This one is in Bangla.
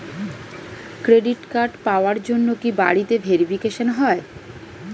ক্রেডিট কার্ড পাওয়ার জন্য কি বাড়িতে ভেরিফিকেশন হয়?